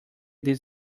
this